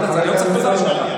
אני לא צריך תודה עכשיו.